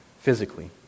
physically